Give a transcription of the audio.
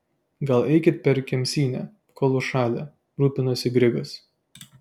gal eikit per kemsynę kol užšalę rūpinosi grigas